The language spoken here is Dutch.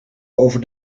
over